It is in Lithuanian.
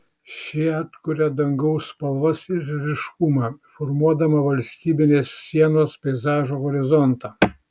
ši atkuria dangaus spalvas ir ryškumą formuodama valstybinės sienos peizažo horizontą